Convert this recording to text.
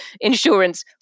insurance